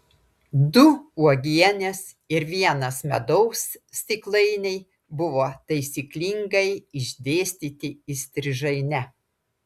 du uogienės ir vienas medaus stiklainiai buvo taisyklingai išdėstyti įstrižaine